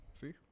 See